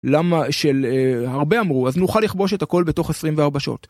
למה של הרבה אמרו אז נוכל לכבוש את הכל בתוך 24 שעות.